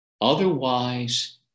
otherwise